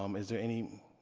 um is there any